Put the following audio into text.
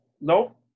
Nope